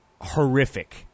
horrific